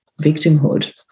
victimhood